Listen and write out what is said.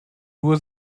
nur